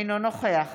אינו נוכח